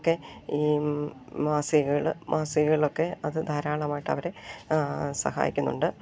ഒക്കെ ഈ മാസികകൾ മാസികകളൊക്കെ അതു ധാരാളമായിട്ട് അവരെ സഹായിക്കുന്നുണ്ട്